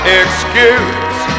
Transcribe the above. excuse